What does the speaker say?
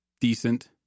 Decent